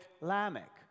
Lamech